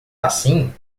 assim